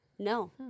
No